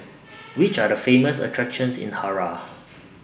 Which Are The Famous attractions in Harare